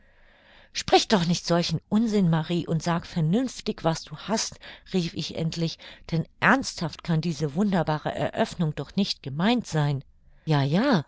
sprich doch nicht solchen unsinn marie und sag vernünftig was du hast rief ich endlich denn ernsthaft kann diese wunderbare eröffnung doch nicht gemeint sein ja ja